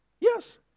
Yes